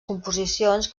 composicions